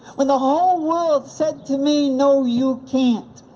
when the whole world said to me, no you can't,